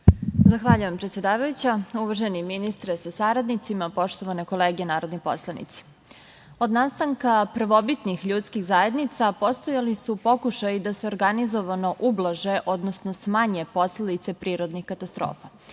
Zahvaljujem predsedavajuća. Uvaženi ministre sa saradnicima, poštovane kolege narodni poslanici, od nastanka prvobitnih ljudskih zajednica postojali su pokušaji da se organizovano ublaže odnosno smanje posledice prirodnih katastrofa,